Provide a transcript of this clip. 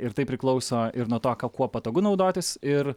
ir tai priklauso ir nuo to ką kuo patogu naudotis ir